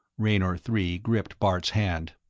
raynor three gripped bart's hand.